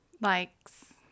likes